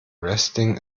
wrestling